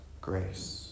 grace